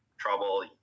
trouble